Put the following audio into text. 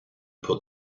put